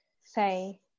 say